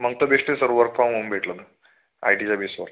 मग तर बेस्ट आहे सर वर्क फ्रॉम होम भेटलं तर आय टीच्या बेसवर